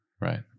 right